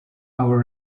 hour